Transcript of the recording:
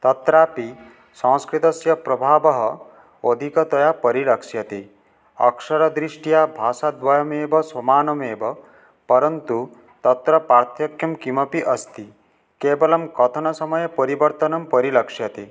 तत्रापि संस्कृतस्य प्रभावः अधिकतया परिलक्ष्यते अक्षरदृष्ट्या भाषाद्वयमेव समानमेव परन्तु तत्र पार्थक्यं किमपि अस्ति केवलं कथनसमये परिवर्तनं परिलक्ष्यते